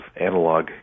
analog